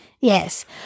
Yes